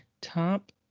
Top